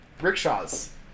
Rickshaws